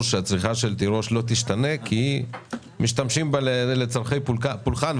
שצריכת התירוש לא תשתנה כי משתמשים בו לצרכי פולחן.